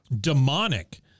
Demonic